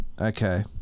Okay